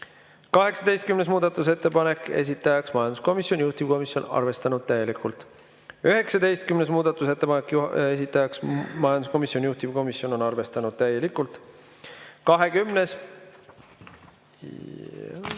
18. muudatusettepanek, esitaja majanduskomisjon, juhtivkomisjon arvestanud täielikult. 19. muudatusettepanek, esitaja majanduskomisjon, juhtivkomisjon on arvestanud täielikult. 20.